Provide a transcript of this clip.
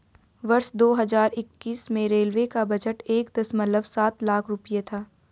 वर्ष दो हज़ार इक्कीस में रेलवे का बजट एक दशमलव सात लाख रूपये था